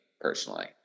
personally